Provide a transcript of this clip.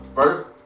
first